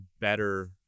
better